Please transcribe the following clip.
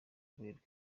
kubereka